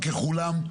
חבר הכנסת אשר,